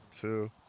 two